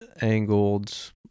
angled